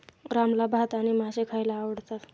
रामला भात आणि मासे खायला आवडतात